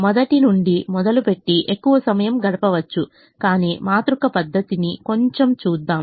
మొదటి నుండి మొదలుపెట్టి ఎక్కువ సమయం గడపవచ్చు కాని మాతృక పద్ధతిని కొంచెం చూద్దాం